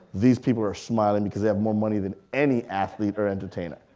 these people are smiling because they have more money than any athlete or entertainer.